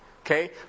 Okay